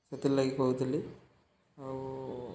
ହେଥିର୍ ଲାଗି କହୁଥିଲି ଆଉ